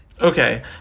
Okay